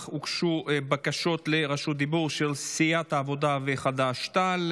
אך הוגשו בקשות רשות דיבור של קבוצת סיעת העבודה וקבוצת סיעת חד"ש-תע"ל.